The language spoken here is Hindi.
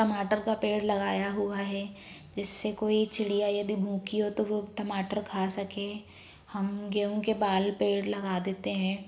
टमाटर का पेड़ लगाया हुआ है जिससे कोई चिड़िया यदि भूखी हो तो वह टमाटर खा सके हम गेहूँ के बाल पेड़ लगा देते हैं